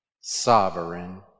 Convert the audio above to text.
Sovereign